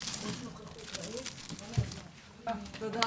13:00.